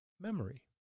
memory